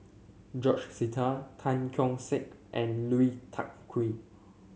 George Sita Tan Keong Saik and Lui Tuck Kew